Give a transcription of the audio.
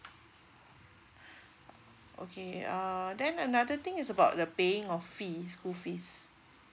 okay uh then another thing is about the paying of fee school fees